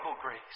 grace